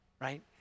right